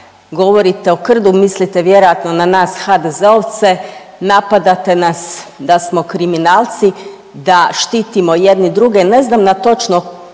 govorite o krdu, mislite vjerojatno na nas HDZ-ovce, napadate nas da smo kriminalci, da štitimo jedni druge, ne znam na točno